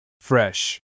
fresh